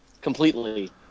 completely